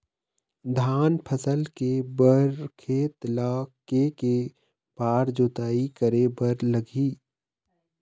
धान फसल के बर खेत ला के के बार जोताई करे बर लगही?